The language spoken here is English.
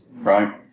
right